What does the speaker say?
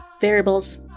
Variables